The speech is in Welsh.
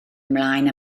ymlaen